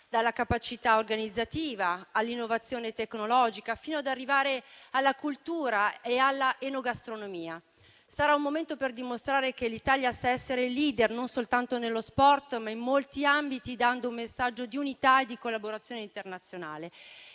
dalla capacità organizzativa all'innovazione tecnologica, fino ad arrivare alla cultura e alla enogastronomia. Sarà un momento per dimostrare che l'Italia sa essere *leader* non soltanto nello sport, ma in molti ambiti, dando un messaggio di unità e di collaborazione internazionale.